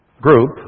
group